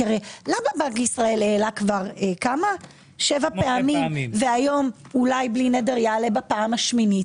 כי למה בנק ישראל העלה 7 פעמים ואולי היום ב"נ יעלה בפעם השמינית?